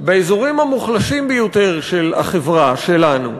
באזורים המוחלשים ביותר של החברה שלנו,